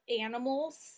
animals